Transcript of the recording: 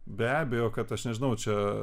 be abejo kad aš nežinau čia